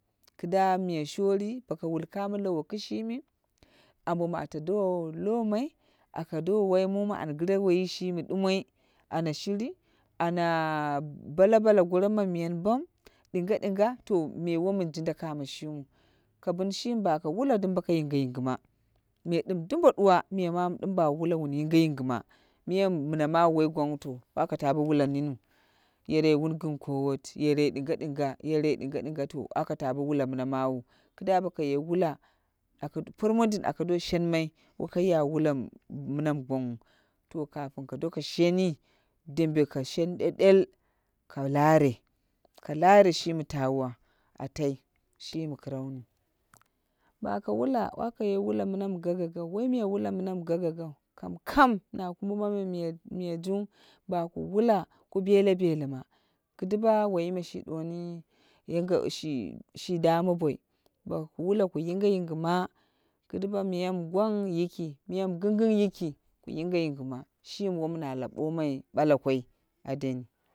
Kida miya shori boko wul kamo lowo kishimi ambo mi ato do lomai aka do wai mu mi an gire woiji shimi ɗumoi ana shiri, ana balabala goro mamyen bam dinga dinga to me wo min jinda kamo khimiu. Ka bin shimi baka wula dum boko yinge yingima, me dum dumbo ɗuwa miya mamu dim bawu wula wun yinge yingima miya mi mina mawu woi gwangwu to wako ta bo wula miniu yerei wun gin kowot, yerei dingadnga yerei dinga dinga tro aka ta bo wula mina mawu. Kida boko ye wula, pordondai aka do shen mai wo kai ya wula mina mi gwang. To kafin ka doko sheni, dembe ka shen ɗeɗel ka lare, ka lare shimi tawa, alai shimi krauni. Ba ka wula waka ye wula mina mi gagaga wai miya wula mina mi gagaga. Kam kam na kumba mamai miya jung ba ku wula ka bele belima ki duwa woi me shi duwoni dame boi ba ka wula ka yinge yingema. Kiduwa miya mi gwang yiki, miya mi gingingha yiki ku yinge yingima shini won na kubomai bala koi adeni.